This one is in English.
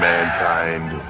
Mankind